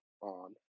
on